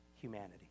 Humanity